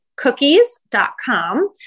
cookies.com